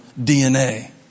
DNA